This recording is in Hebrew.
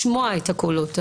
לשמוע את הקולות.